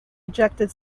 ejected